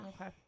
Okay